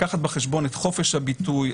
לקחת בחשבון את חופש הביטוי,